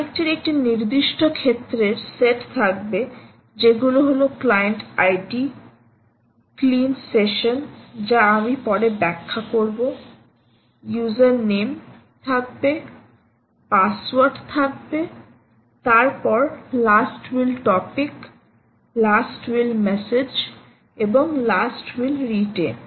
কানেক্টে এর একটি নির্দিষ্ট ক্ষেত্রের সেট থাকবে যেগুলো হলো ক্লায়েন্ট আইডি ক্লিন সেশন যা আমি পরে ব্যাখ্যা করবইউসার নেম থাকবে পাসওয়ার্ড থাকবে তারপর last will topic last will message এবং লাস্ট উইল রিটেন